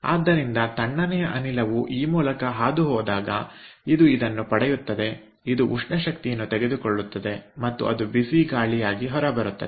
ಆದ್ದರಿಂದ ತಣ್ಣನೆಯ ಅನಿಲವು ಈ ಮೂಲಕ ಹಾದುಹೋದಾಗ ಇದು ಇದನ್ನು ಪಡೆಯುತ್ತದೆ ಇದು ಉಷ್ಣ ಶಕ್ತಿಯನ್ನು ತೆಗೆದುಕೊಳ್ಳುತ್ತದೆ ಮತ್ತು ಅದು ಬಿಸಿ ಗಾಳಿಯಾಗಿ ಹೊರಬರುತ್ತದೆ